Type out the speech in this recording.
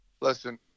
listen